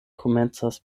komencas